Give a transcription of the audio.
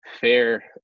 fair